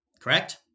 Correct